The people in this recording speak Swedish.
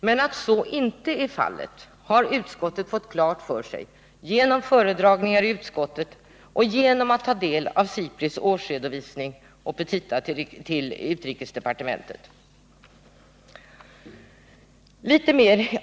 Men att så inte är fallet har utskottet fått klart för sig genom föredragningar i utskottet samt genom att ta del av SIPRI:s årsredovisning och petita till utrikesdepartementet.